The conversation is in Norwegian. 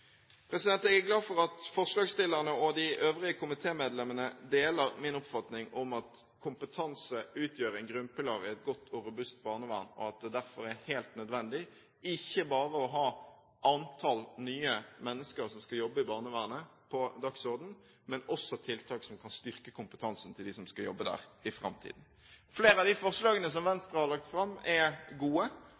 Jeg er glad for at forslagsstillerne og de øvrige komitémedlemmene deler min oppfatning om at kompetanse utgjør en grunnpilar i et godt og robust barnevern, og at det derfor er helt nødvendig ikke bare å ha antall nye mennesker som skal jobbe i barnevernet på dagsordenen, men også tiltak som kan styrke kompetansen til dem som skal jobbe der i framtiden. Flere av de forslagene som Venstre har lagt fram, er gode.